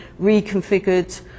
reconfigured